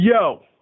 yo